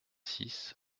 six